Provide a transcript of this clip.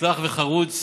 מוצלח וחרוץ